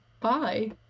Bye